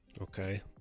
Okay